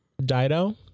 Dido